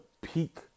peak